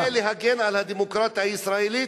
כדי להגן על הדמוקרטיה הישראלית?